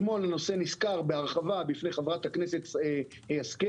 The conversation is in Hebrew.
אתמול, הנושא נסקר בהרחבה בפני חברת הכנסת השכל,